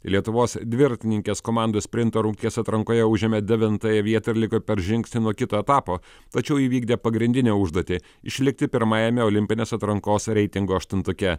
lietuvos dviratininkės komandų sprinto rungties atrankoje užėmė devintąją vietą ir liko per žingsnį nuo kito etapo tačiau įvykdė pagrindinę užduotį išlikti pirmajame olimpinės atrankos reitingo aštuntuke